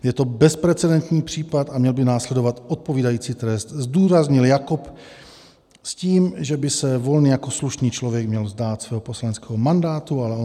Je to bezprecedentní případ a měl by následovat odpovídající trest, zdůraznil Jakob s tím, že by se Volný jako slušný člověk měl vzdát svého poslaneckého mandátu.